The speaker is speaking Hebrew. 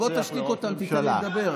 אז בוא תשתיק אותם, תיתן לי לדבר.